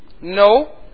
No